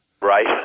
Right